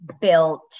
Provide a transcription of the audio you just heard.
built